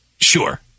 Sure